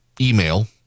email